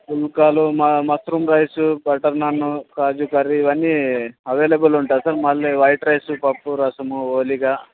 పుల్కాలు మ mushroom rice butter naan కాజు కర్రీ ఇవన్నీ అవైలబుల్ ఉంటాయి సార్ మళ్ళీ వైట్ రైసు పప్పు రసము ఓలిగా